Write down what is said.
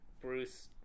Bruce